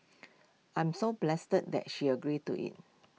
I'm so blessed that that she agreed to IT